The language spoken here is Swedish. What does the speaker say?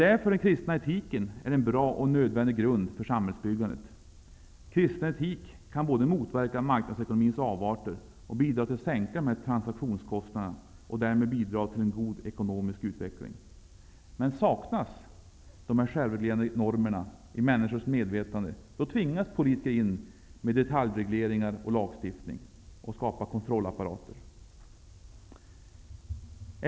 Därför är den kristna etiken en bra och nödvändig grund för samhällsbyggandet. Kristen etik kan både motverka marknadsekonomins avarter och bidraga till att sänka transaktionskostnaderna och därmed bidraga till en god ekonomisk utveckling. Men saknas de självreglerande normerna i människors medvetande, tvingas politiker gå in med detaljregleringar och lagstiftning och skapa kontrollapparater.